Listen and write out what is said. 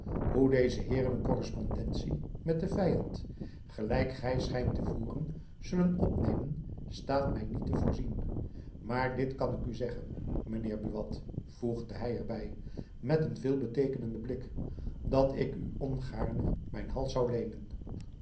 deze heeren een korrespondentie met den vyand gelijk gy schijnt te voeren zullen opnemen staat my niet te voorzien maar dit kan ik u zeggen mijn heer buat voegde hy jacob van lennep elizabeth musch er by met een veelbeteekenenden blik dat ik u ongaarne mijn hals zoû leenen